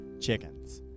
chickens